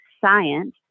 science